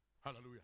Hallelujah